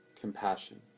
compassion